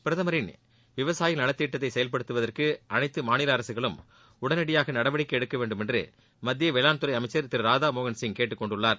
பிரதமரின் விவசாயிகள் நலத் திட்டத்தை செயல்படுத்துவதற்கு அளைத்து மாநில அரசுகளும் உடனடியாக நடவடிக்கை எடுக்க வேண்டுமென்று மத்திய வேளாண்துறை அமைச்சர் திரு ராதாமோகன் சிங் கேட்டுக் கொண்டுள்ளார்